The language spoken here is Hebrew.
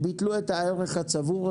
ביטלו את הערך הצבור,